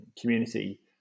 community